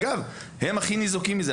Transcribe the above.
אגב, הם הכי ניזוקים מזה.